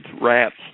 rats